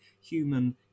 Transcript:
human